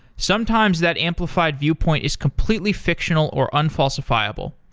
sometimes, that amplified viewpoint is completely fictional or un-falsifiable.